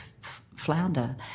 flounder